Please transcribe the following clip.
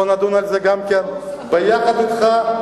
בוא נדון גם על זה, יחד אתך.